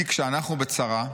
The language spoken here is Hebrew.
כי כשאנחנו בצרה,